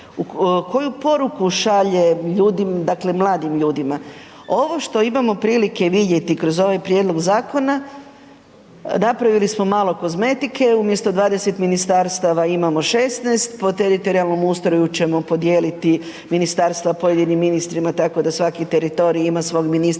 ljudima, dakle mladim ljudima. Ovo što imamo prilike vidjeti kroz ovaj prijedlog zakona, napravili smo malo kozmetike, umjesto 20 ministarstava imamo 16, po teritorijalnom ustroju ćemo podijeliti ministarstva pojedinim ministrima tako da svaki teritorij ima svog ministra